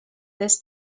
this